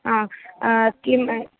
हा किं